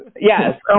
Yes